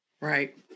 Right